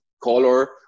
color